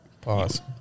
Pause